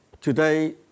today